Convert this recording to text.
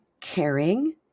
caring